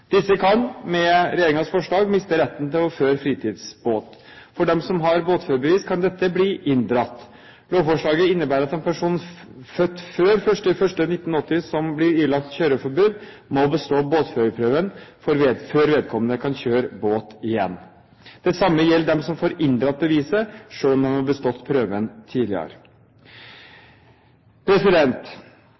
Disse kan med regjeringens forslag miste retten til å føre fritidsbåt. For dem som har båtførerbevis, kan dette bli inndratt. Lovforslaget innebærer at en person født før 1. januar 1980 som blir ilagt kjøreforbud, må bestå båtførerprøven før vedkommende kan kjøre båt igjen. Det samme gjelder for dem som får inndratt beviset, selv om de har bestått prøven tidligere.